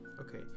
okay